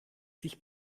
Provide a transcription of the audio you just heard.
sich